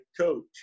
coach